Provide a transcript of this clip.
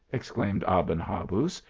exclaimed aben habuz,